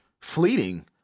fleeting